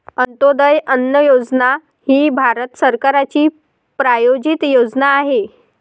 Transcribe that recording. अंत्योदय अन्न योजना ही भारत सरकारची प्रायोजित योजना आहे